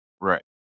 Right